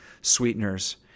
sweeteners